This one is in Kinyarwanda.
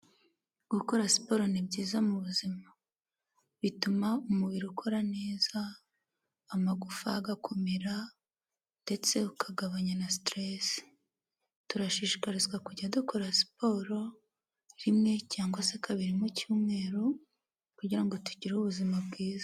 Gukora siporo ni byiza mu buzima, bituma umubiri ukora neza, amagufa agakomera ndetse ukagabanya na stress. Turashishikarizwa kujya dukora siporo rimwe cyangwa se kabiri mu cyumweru, kugira ngo tugire ubuzima bwiza.